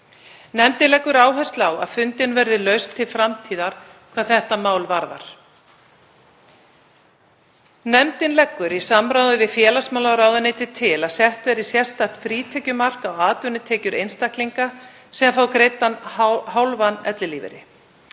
Nefndin leggur áherslu á að fundin verði lausn til framtíðar hvað þetta mál varðar. Nefndin leggur til, í samráði við félagsmálaráðuneytið, að sett verði sérstakt frítekjumark á atvinnutekjur einstaklinga sem fá greiddan hálfan ellilífeyri.